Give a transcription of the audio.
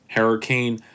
Hurricane